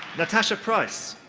natasha price.